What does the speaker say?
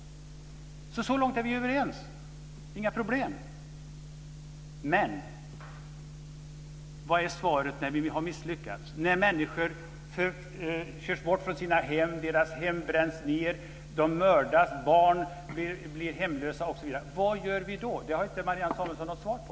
Så långt är vi alltså överens - inga problem! Men vad är svaret när vi har misslyckats? När människor körs bort från sina hem, deras hem bränns ned, de mördas, barn blir hemlösa osv. - vad gör vi då? Det har inte Marianne Samuelsson något svar på.